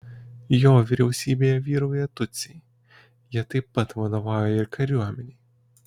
jo vyriausybėje vyrauja tutsiai jie taip pat vadovauja ir kariuomenei